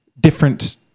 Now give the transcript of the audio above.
different